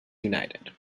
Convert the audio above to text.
united